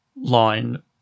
line